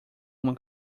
uma